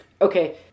Okay